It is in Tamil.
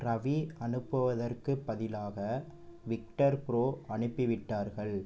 ரவி அனுப்புவதற்குப் பதிலாக விக்டர்ப்ரோ அனுப்பிவிட்டார்கள்